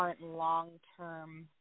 long-term